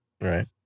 Right